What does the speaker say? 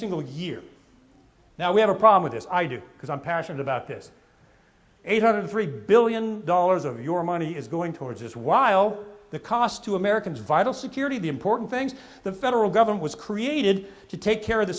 single year now we have a problem with this idea because i'm passionate about this eight hundred three billion dollars of your money is going towards this while the cost to americans vital security the important things the federal government was created to take care of the